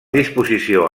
disposició